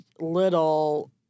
little